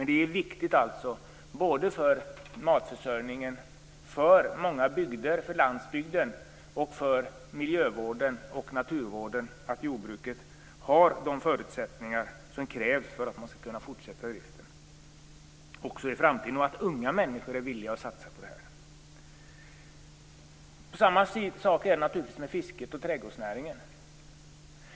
Det är viktigt för matförsörjningen, för många bygder, för landsbygden, för miljövården och för naturvården att jordbruket har de förutsättningar som krävs för att man skall kunna fortsätta driften också i framtiden och för att unga människor skall vara villiga att satsa på det. Samma sak är det naturligtvis med fisket och trädgårdsnäringen.